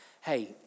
Hey